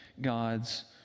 God's